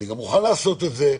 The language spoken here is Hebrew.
ואני גם מוכן לעשות את זה,